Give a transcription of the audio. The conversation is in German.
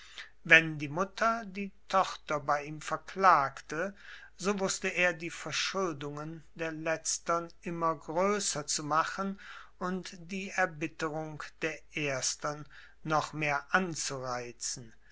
wenn die mutter die tochter bei ihm verklagte so wußte er die verschuldungen der letztern immer größer zu machen und die erbitterung der erstern noch mehr anzureizen